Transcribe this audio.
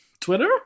Twitter